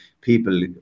people